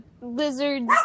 lizards